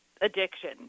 addiction